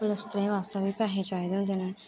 प्लस्तरै बास्तै बी पैसे चाहिदे होंदे न